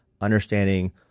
understanding